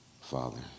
father